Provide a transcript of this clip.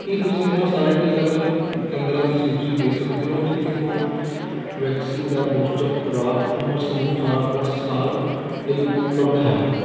ਕੀ ਤੁਸੀਂ ਉਹਨਾਂ ਸਾਰੇ ਟੀਕਾਕਰਨ ਕੇਂਦਰਾਂ ਦੀ ਸੂਚੀ ਦੇ ਸਕਦੇ ਹੋ ਜਿੱਥੇ ਕੋਵੈਕਸਿਨ ਦਾ ਬੂਸਟਰ ਖੁਰਾਕ ਉਮਰ ਸਮੂਹ ਅਠਾਰ੍ਹਾਂ ਪਲੱਸ ਸਾਲ ਲਈ ਉਪਲਬਧ ਹੈ